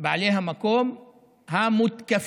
בעלי המקום המותקפים,